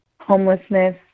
homelessness